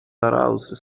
aroused